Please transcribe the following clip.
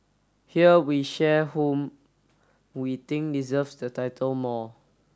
here we share whom we think deserves the title more